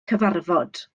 cyfarfod